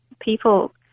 people